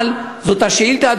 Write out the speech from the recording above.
אבל זאת השאילתה,